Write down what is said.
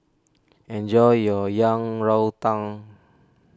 enjoy your Yang Rou Tang